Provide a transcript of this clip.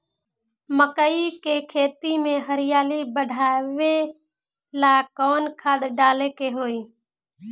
मकई के खेती में हरियाली बढ़ावेला कवन खाद डाले के होई?